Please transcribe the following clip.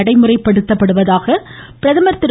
நடைமுறைப்படுத்தப்படுவதாக பிரதமர் திரு